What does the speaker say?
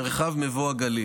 מרחב מבוא הגליל.